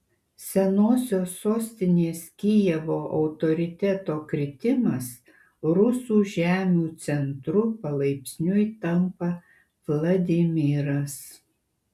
senosios sostinės kijevo autoriteto kritimas rusų žemių centru palaipsniui tampa vladimiras